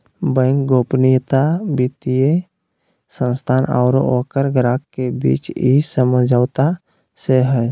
bank गोपनीयता वित्तीय संस्था आरो ओकर ग्राहक के बीच इ समझौता से हइ